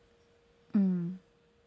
mm